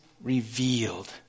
revealed